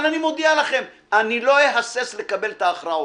אבל אני מודיע לכם: אני לא אהסס לקבל את ההכרעות.